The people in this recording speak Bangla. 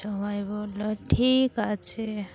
সবাই বললো ঠিক আছে